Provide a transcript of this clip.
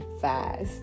fast